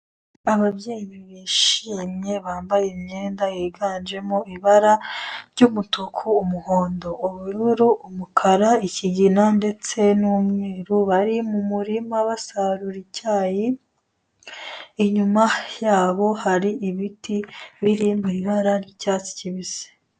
Ababyeyi bishimye, bambaye imyenda yiganjemo ibara ry'umutuku, umuhondo, ubururu, umukara, ikigina ndetse n'umweru, bari mu murima basarura icyayi, inyuma yabo hari ibiti biri mu ibara ry'icyatsi kibisi.